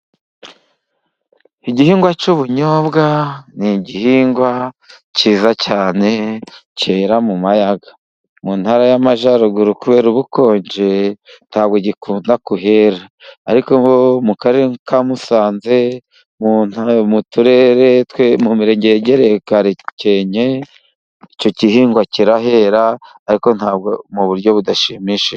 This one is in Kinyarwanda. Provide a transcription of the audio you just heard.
Igihingwa cy'ubunyobwa ni igihingwa cyiza, cyane cyera mu Mayaga. Mu ntara y'Amajyaruguru kubera ubukonje, nta bwo gikunda Kuhera. ariko mu karere ka Musanze, mu turere, mu mirenge yegereye Gakenke, icyo gihingwa kirahera, ariko nta bwo, mu buryo budashimishije.